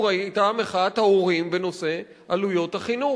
היתה מחאת ההורים בנושא עלויות החינוך.